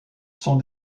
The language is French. sont